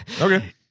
Okay